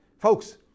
Folks